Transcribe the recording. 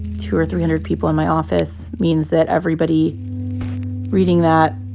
two or three hundred people in my office means that everybody reading that